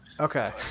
okay